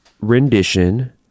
rendition